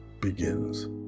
begins